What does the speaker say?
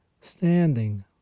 standing